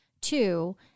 Two